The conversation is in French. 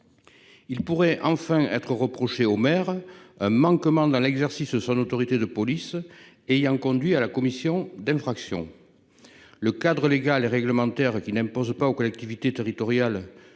Il pourrait enfin être reproché au maire un manquement dans l'exercice de son autorité de police ayant conduit à la commission d'infractions. Le cadre légal et réglementaire, qui n'impose pas aux collectivités territoriales